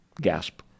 Gasp